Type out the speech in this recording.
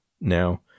now